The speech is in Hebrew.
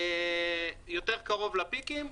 יותר קרוב לפיקים,